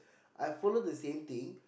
I follow the same thing